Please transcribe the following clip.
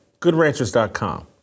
Goodranchers.com